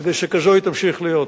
כדי שכזאת היא תמשיך להיות.